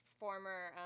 former